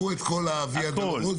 עברו את כל הויה דלרוזה?